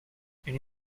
une